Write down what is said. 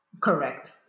correct